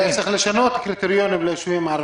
ואולי צריך לשנות את הקריטריונים ליישובים הערביים?